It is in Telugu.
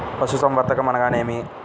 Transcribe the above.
పశుసంవర్ధకం అనగానేమి?